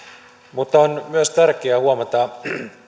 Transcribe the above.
mutta on myös tärkeää huomata